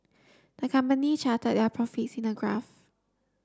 the company charted their profits in a graph